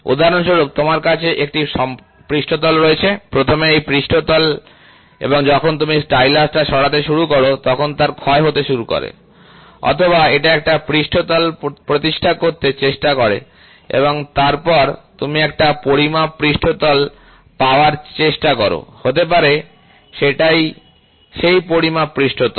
উদাহরণ স্বরূপ তোমার কাছে একটি পৃষ্ঠতল রয়েছে প্রথমে এই পৃষ্ঠতল এবং যখন তুমি স্টাইলাসটা সরাতে শুরু করো তখন তার ক্ষয় হতে শুরু করে অথবা এটা একটা পৃষ্ঠতল প্রতিষ্ঠা করতে চেষ্টা করে এবং তারপর তুমি একটা পরিমাপ পৃষ্ঠতল পাওয়ার চেষ্টা করো হতে পারে সেটাই সেই পরিমাপ পৃষ্ঠতল